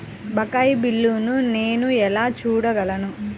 బకాయి బిల్లును నేను ఎలా చూడగలను?